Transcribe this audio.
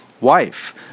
wife